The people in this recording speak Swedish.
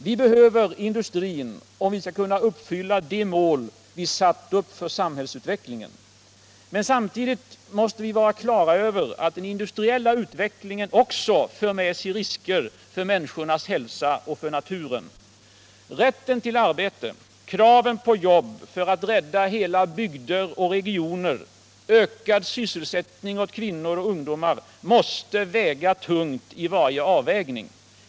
Vi behöver industrin om vi skall kunna uppfylla de mål vi satt upp Men samtidigt måste vi vara klara över att den industriella utvecklingen också för med sig risker — för människornas hälsa och för naturen. Rätten till arbete, kraven på jobb för att rädda hela bygder och regioner och ökad sysselsättning för ungdomar och kvinnor måste väga mycket tungt i varje avvägning.